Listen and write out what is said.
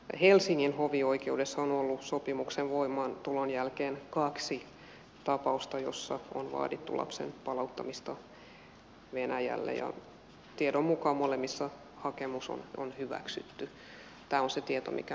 helsingin hovioikeudessa on ollut sopimuksen voimaantulon jälkeen kaksi tapausta joissa on vaadittu lapsen palauttamista venäjälle ja tiedon mukaan molemmissa hakemus on hyväksytty